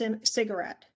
cigarette